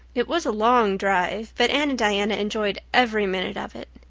it was a long drive, but anne and diana enjoyed every minute of it.